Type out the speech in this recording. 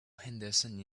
henderson